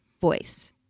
voice